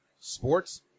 sports